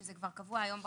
שזה כבר קבוע היום בחוק,